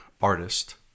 artist